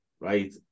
Right